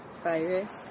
Virus